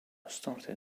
started